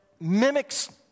mimics